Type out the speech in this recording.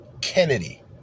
Kennedy